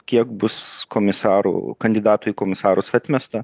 kiek bus komisarų kandidatų į komisarus atmesta